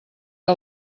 que